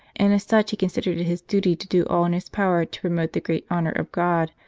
and as such he considered it his duty to do all in his power to promote the greater honour of god,